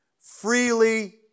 Freely